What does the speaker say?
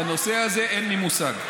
בנושא הזה אין לי מושג.